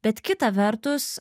bet kita vertus